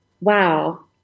Wow